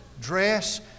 dress